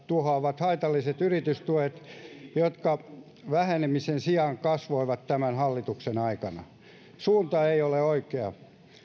tuhoavat haitalliset yritystuet jotka vähenemisen sijaan kasvoivat tämän hallituksen aikana suunta ei ole oikea